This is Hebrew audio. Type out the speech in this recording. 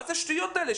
מה זה השטויות האלה,